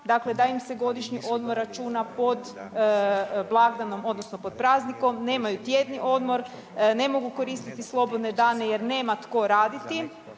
dakle da im se godišnji odmor računa pod blagdanom odnosno pod praznikom, nemaju tjedni odmor, ne mogu koristiti slobodne dane jer nema tko raditi,